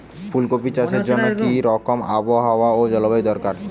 ফুল কপিতে চাষের জন্য কি রকম আবহাওয়া ও জলবায়ু দরকার?